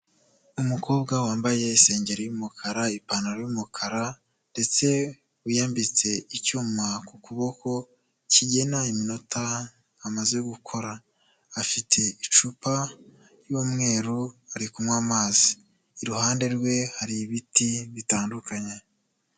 Umukobwa wambaye isengeri y'umukara ipantaro y'umukara ndetse wiyambitse icyuma ku kuboko kigena iminota amaze gukora afite icupa ry'umweru ari kunywa amazi, iruhande rwe hari ibiti bitandukanye.